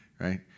right